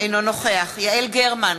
אינו נוכח יעל גרמן,